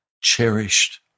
cherished